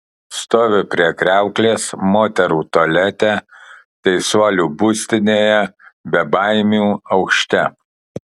stoviu prie kriauklės moterų tualete teisuolių būstinėje bebaimių aukšte